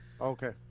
okay